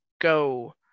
go